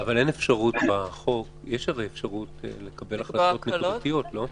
יש הרי אפשרות בחוק לקבל החלטות נקודתיות, לא?